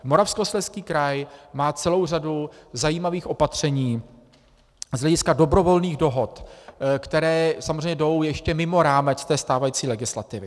Moravskoslezský kraj má celou řadu zajímavých opatření z hlediska dobrovolných dohod, které jdou ještě mimo rámec stávající legislativy.